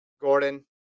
Gordon